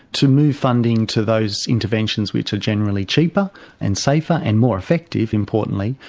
to move funding to those interventions which are generally cheaper and safer and more effective, importantly,